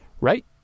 right